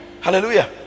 hallelujah